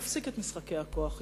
תפסיק את משחקי הכוח אתו.